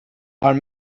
are